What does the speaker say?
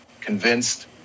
convinced